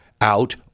out